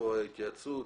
מתי הועברו הבקשות,